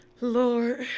Lord